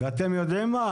ואתם יודעים מה?